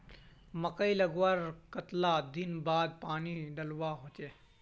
मकई लगवार कतला दिन बाद पानी डालुवा होचे?